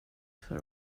för